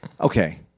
Okay